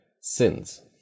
sins